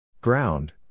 Ground